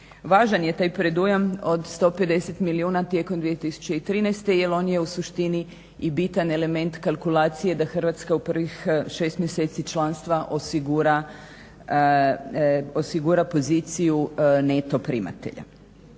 Važan je taj predujam od 150 milijuna tijekom 2013. jer on je u suštini i bitan element kalkulacije da Hrvatska u prvih 6 mjeseci članstva osigura poziciju neto primatelja.